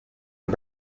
web